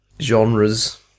genres